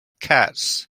cats